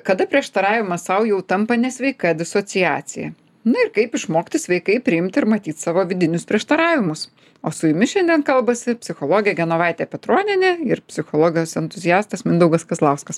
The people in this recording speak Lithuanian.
kada prieštaravimas sau jau tampa nesveika disociacija na ir kaip išmokti sveikai priimti ir matyt savo vidinius prieštaravimus o su jumis šiandien kalbasi psichologė genovaitė petronienė ir psichologas entuziastas mindaugas kazlauskas